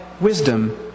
wisdom